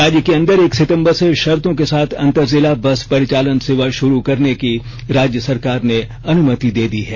राज्य के अंदर एक सितंबर से शर्तों के साथ अंतर जिला बस परिचालन सेवा शुरू करने की राज्य सरकार ने अनुमति दे दी है